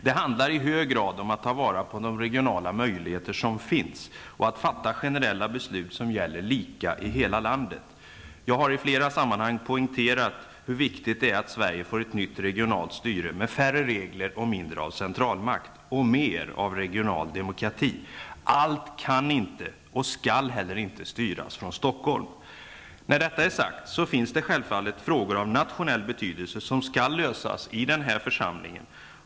Det handlar i hög grad om att ta vara på de regionala möjligheter som finns och att fatta generella beslut som gäller lika i hela landet. Jag har i flera sammanhang poängterat hur viktigt det är att Sverige får ett nytt regionalt styre -- med färre regler, mindre av centralmakt och mer av regional demokrati. Allt kan inte och skall inte heller styras från Stockholm. När detta är sagt återstår det självfallet frågor av nationell betydelse som skall lösas i den här församlingen.